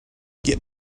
get